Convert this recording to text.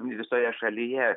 visoje šalyje